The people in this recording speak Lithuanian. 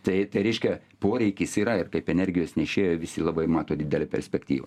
tai tai reiškia poreikis yra ir kaip energijos nešėjo visi labai mato didelę perspektyvą